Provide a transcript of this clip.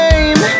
Name